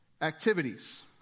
activities